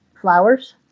flowers